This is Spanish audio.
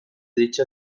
dicha